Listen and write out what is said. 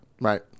Right